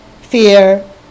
Fear